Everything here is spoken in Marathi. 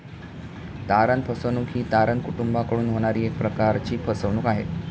तारण फसवणूक ही तारण कुटूंबाकडून होणारी एक प्रकारची फसवणूक आहे